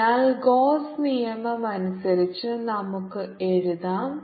അതിനാൽ ഗോസ്സ് നിയമമനുസരിച്ച് നമുക്ക് എഴുതാം